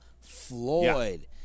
Floyd